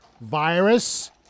Virus